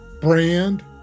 brand